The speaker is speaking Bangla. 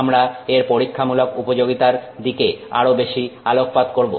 আমরা এর পরীক্ষামূলক উপযোগিতার দিকে আরো বেশি আলোকপাত করব